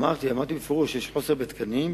אמרתי בפירוש שיש חוסר בתקנים.